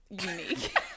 unique